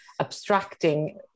abstracting